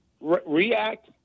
react